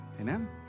Amen